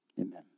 amen